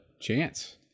Chance